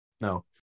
No